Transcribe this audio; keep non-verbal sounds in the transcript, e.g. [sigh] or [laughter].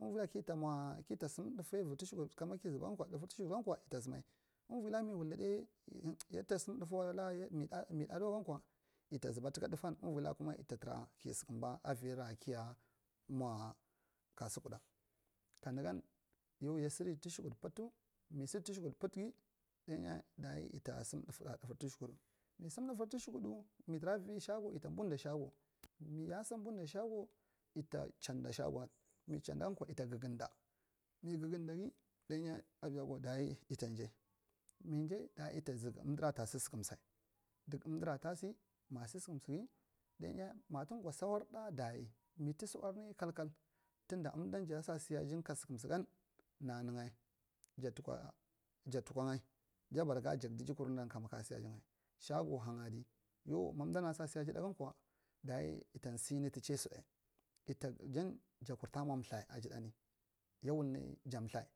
anvira ki la mwa kita sam ɗafe aivi tushakul kama kizuba gankwa ɗafu tushukudgankwa ita sama anvila mi wuldi ɗai [hesitation] yita sama ɗafewai la miɗai miɗa dawagonka ita zuba tuka ɗafan avila kuma ita tura ki sekumba avira kiya mwa kasuɗa kanangan yau ya sidi tushakud put mi yad tushakad puutge dayi yita sam ɗafuta nur tashukuau mi sam ɗafa tushakuɗu mi tura avi shagwo yita budda shagwo misa budda shagwo ita chadda shagwaan mi chaaankwo yita saga dda mi gasudage danyi rikwa dashi yita jai mijai dayi yita zug umdira ta si sukuno sai. Duk amdira tasi sukum siya mafugwo thawarɗai dayi mito thawarniya kalkal tunda amdan jasasi ya jan ka sukunsigan nananga ja jatukwa nga jabara ga jakaijikwar da kama kasi aji nga shagwo hang adi yau ma amdi aa sasi ada ɗaigankwa ita sini tu chai seda, jan jakwurta mwa mltha aji ɗaini ya wulni ja mitha.